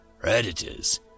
Predators